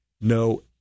no